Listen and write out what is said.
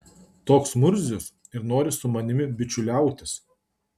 toks murzius ir nori su manimi bičiuliautis